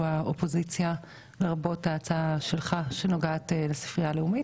האופוזיציה לרבות ההצעה שלך שנוגעת לספרייה הלאומית.